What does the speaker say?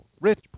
rich